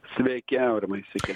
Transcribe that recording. sveiki aurimai sveiki